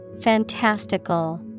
Fantastical